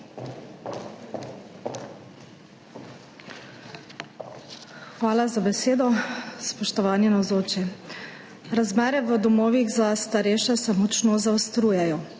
Hvala za besedo. Spoštovani navzoči! Razmere v domovih za starejše se močno zaostrujejo.